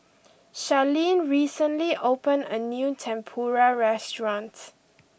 Charleen recently opened a new Tempura restaurant